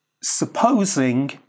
supposing